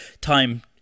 time